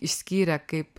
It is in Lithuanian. išskyrė kaip